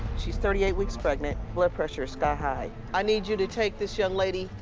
she's thirty eight weeks pregnant, blood pressure is sky-high. i need you to take this young lady,